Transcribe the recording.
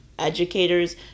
educators